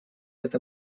эта